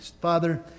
Father